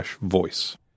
voice